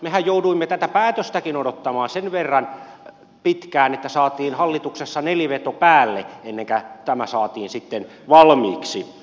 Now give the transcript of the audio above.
mehän jouduimme tätä päätöstäkin odottamaan sen verran pitkään että saatiin hallituksessa neliveto päälle ennen kuin tämä saatiin sitten valmiiksi